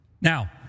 Now